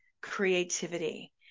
creativity